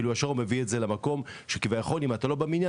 כאילו הוא ישר מביא את זה למקום שכביכול אם אתה לא במניין